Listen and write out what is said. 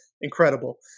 incredible